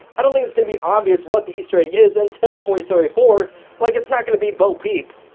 i don't think it's gonna be obvious what the easter egg is until toy story four like it's not gonna be bo peep,